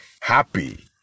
happy